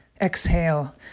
Exhale